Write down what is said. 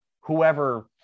whoever